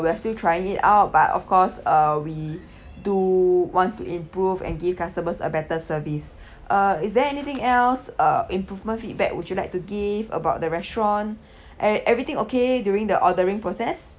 we're still try it out but of course uh we do want to improve and give customers a better service uh is there anything else uh improvement feedback would you like to give about the restaurant and everything okay during the ordering process